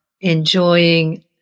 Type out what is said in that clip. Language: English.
enjoying